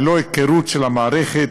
ללא היכרות של המערכת,